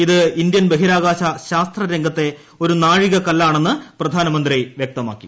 ഇത് ഇന്ത്യൻ ബഹിരാകാശ ശാസ്ത്ര രംഗത്തെ ഒരു നാഴിക കല്ലാണെന്ന് പ്രധാനമന്ത്രി വ്യക്തമാക്കി